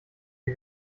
die